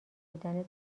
بودن